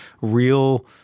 real